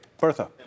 Bertha